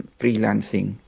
freelancing